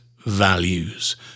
values